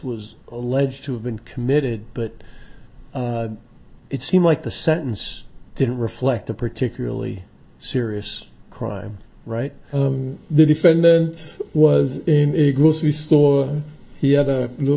was alleged to have been committed but it seemed like the sentence didn't reflect a particularly serious crime right the defendant was in a grocery store he had a l